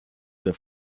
der